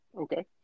Okay